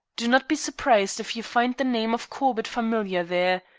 do not be surprised if you find the name of corbett familiar there.